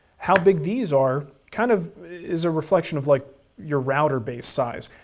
how big these are kind of is a reflection of like your router base size.